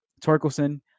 Torkelson